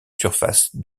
surface